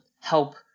help